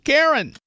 Karen